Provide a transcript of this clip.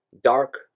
dark